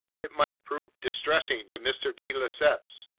it might prove distressing to mr. de lesseps,